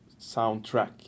soundtrack